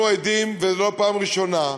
אנחנו עדים, ולא בפעם הראשונה,